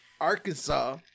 Arkansas